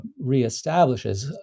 reestablishes